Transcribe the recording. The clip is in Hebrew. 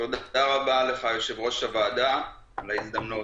תודה רבה לך, יושב-ראש הוועדה, על ההזדמנות.